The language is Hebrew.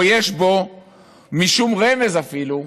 או שיש בו משום רמז, אפילו,